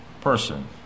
person